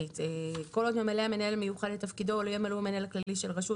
כל עוד ממלא המנהל המיוחד את תפקידו לא ימלאו המנהל הכללי של הרשות,